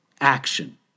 action